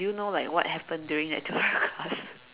do you know like what happened during that tutorial class